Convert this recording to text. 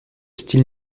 style